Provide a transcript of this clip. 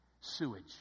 Sewage